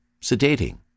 sedating